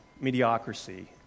mediocrity